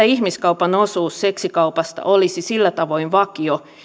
ihmiskaupan osuus seksikaupasta olisi sillä tavoin vakio